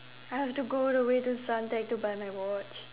I have to all the way to Suntec to buy my watch